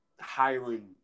hiring